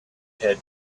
had